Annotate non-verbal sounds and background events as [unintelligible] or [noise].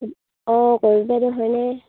অঁ [unintelligible] হয়নে